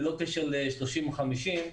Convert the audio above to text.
ללא קשר ל-30 או 50,